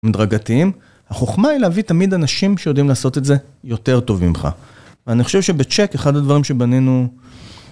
מדרגתיים החוכמה היא להביא תמיד אנשים שיודעים לעשות את זה יותר טוב ממך ואני חושב שבצ'ק אחד הדברים שבנינו